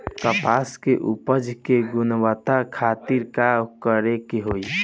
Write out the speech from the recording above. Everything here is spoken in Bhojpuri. कपास के उपज की गुणवत्ता खातिर का करेके होई?